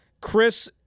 Chris